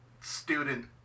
student